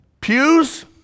Pews